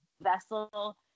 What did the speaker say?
vessel